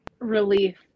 relief